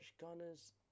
Gunners